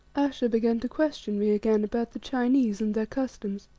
ayesha began to question me again about the chinese and their customs.